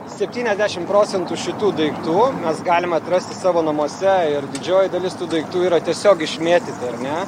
septyniasdešim procentų šitų daiktų mes galim atrasti savo namuose ir didžioji dalis tų daiktų yra tiesiog išmėtyti ar ne